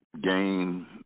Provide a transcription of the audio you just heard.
gain